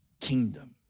kingdom